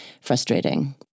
frustrating